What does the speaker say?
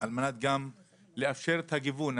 על מנת גם לאפשר את הגיוון.